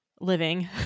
living